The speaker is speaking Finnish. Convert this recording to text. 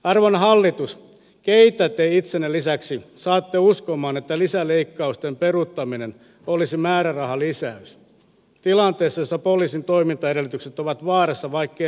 arvon hallitus ketkä te itsenne lisäksi saatte uskomaan että lisäleikkausten peruuttaminen olisi määrärahalisäys tilanteessa jossa poliisin toimintaedellytykset ovat vaarassa vaikkei leikattaisi lanttiakaan